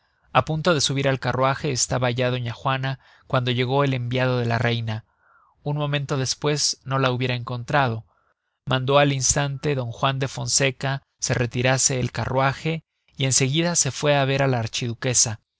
a punto de subir al carruage estaba ya doña juana cuando llegó el enviado de la reina un momento despues no la hubiera encontrado mandó al instante d juan de fonseca se retirase el carruage y en seguida se fue á ver á la